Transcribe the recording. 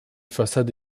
façades